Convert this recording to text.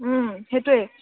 সেইটোৱে